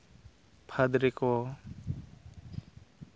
ᱯᱷᱟᱹᱫᱽ ᱨᱮᱠᱚ